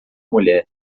mulher